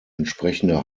entsprechende